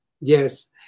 Yes